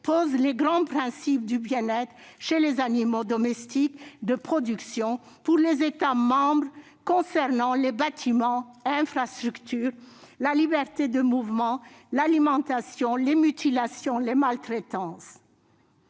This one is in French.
pose les grands principes du bien-être chez les animaux domestiques de production pour les États membres s'agissant des bâtiments et infrastructures, de la liberté de mouvement, de l'alimentation, des mutilations et maltraitances.